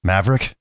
Maverick